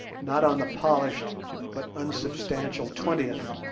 not on the polished but unsubstantial twentieth.